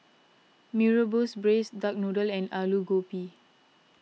Nee Rebus Braised Duck Noodle and Aloo Gobi